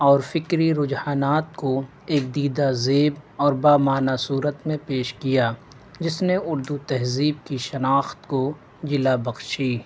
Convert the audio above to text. اور فکری رجحانات کو ایک دیدہ زیب اور با معنی صورت میں پیش کیا جس نے اردو تہذیب کی شناخت کو جلا بخشی